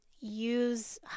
use